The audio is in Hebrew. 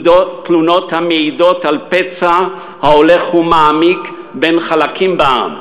תלונות המעידות על פצע ההולך ומעמיק בין חלקים בעם,